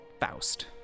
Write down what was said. Faust